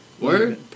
Word